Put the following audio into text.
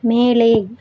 மேலே